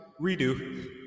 redo